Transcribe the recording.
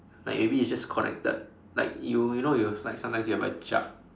like maybe it's just connected like you you know you will sometimes like you have a jug